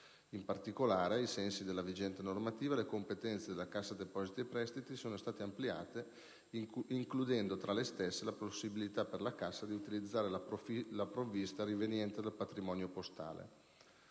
In particolare, ai sensi della vigente normativa, le competenze della Cassa depositi e prestiti sono state ampliate includendo tra le stesse la possibilità per la Cassa di utilizzare la provvista riveniente dal risparmio postale,